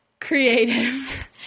creative